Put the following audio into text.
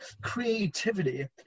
creativity